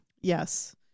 Yes